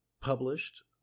published